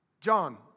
John